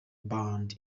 band